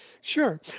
Sure